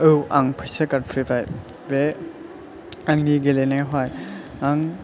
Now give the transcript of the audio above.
औ आं फैसा गारफेरबाय बे आंनि गेलेनायाव हाय आं